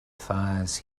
fires